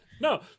no